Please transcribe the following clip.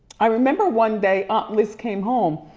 i remember one day aunt liz came home,